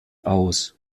aus